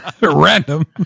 random